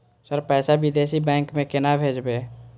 Sir पैसा विदेशी bank में केना भेजबे?